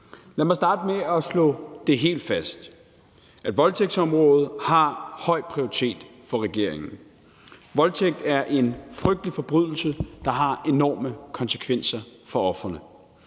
Lad mig starte med at slå helt fast, at voldtægtsområdet har høj prioritet for regeringen. Voldtægt er en frygtelig forbrydelse, der har enorme konsekvenser for ofrene.